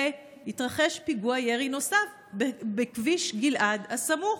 התרחש פיגוע ירי נוסף בכביש גלעד הסמוך.